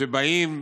שבאים ואומרים: